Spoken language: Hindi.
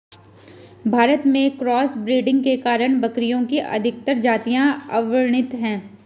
भारत में क्रॉस ब्रीडिंग के कारण बकरियों की अधिकतर जातियां अवर्णित है